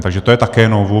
Takže to je také novum.